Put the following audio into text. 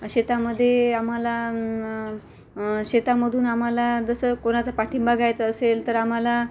शेतामध्ये आम्हाला शेतामधून आम्हाला जसं कोणाचा पाठिंबा घ्यायचा असेल तर आम्हाला